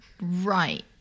Right